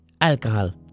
alcohol